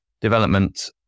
development